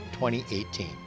2018